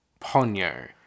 Ponyo